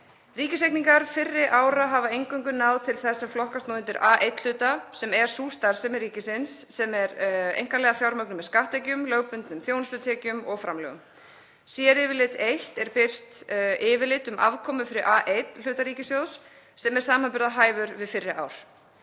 Ríkisreikninga fyrri ára hafa eingöngu ná til þess sem flokkast nú undir A-1 hluta sem er sú starfsemi ríkisins sem er einkanlega fjármögnuð með skatttekjum, lögbundnum þjónustutekjum og framlögum. Séryfirlit 1 er birt yfirlit um afkomu fyrir A1-hluta ríkissjóðs sem er samanburðarhæfur við fyrri ár.